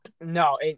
No